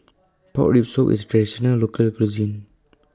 Pork Rib Soup IS Traditional Local Cuisine